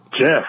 Jeff